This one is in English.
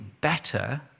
better